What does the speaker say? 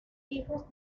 hijos